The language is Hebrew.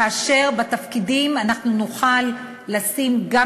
כאשר בתפקידים אנחנו נוכל לשים גם